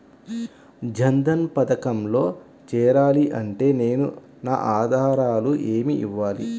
జన్ధన్ పథకంలో చేరాలి అంటే నేను నా ఆధారాలు ఏమి ఇవ్వాలి?